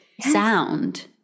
sound